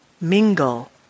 mingle